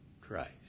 Christ